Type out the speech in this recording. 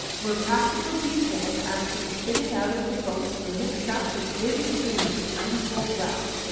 where practical details as to the fitting out of the boats were mixed up with vivid dreams of untold wealth,